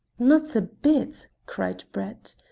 not a bit, cried brett.